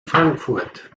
frankfurt